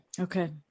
Okay